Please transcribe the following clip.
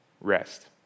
rest